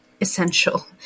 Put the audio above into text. essential